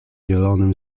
zielonym